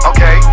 Okay